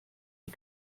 die